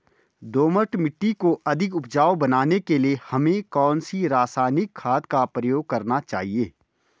दोमट मिट्टी को अधिक उपजाऊ बनाने के लिए हमें कौन सी रासायनिक खाद का प्रयोग करना चाहिए?